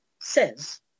says